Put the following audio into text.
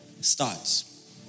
starts